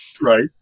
Right